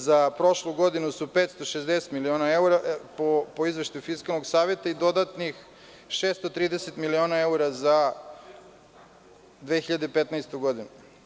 Za prošlu godinu su 560 miliona evra, po izveštaju Fiskalnog saveta, i dodatnih 630 miliona evra za 2015. godinu.